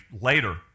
later